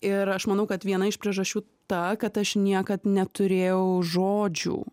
ir aš manau kad viena iš priežasčių ta kad aš niekad neturėjau žodžių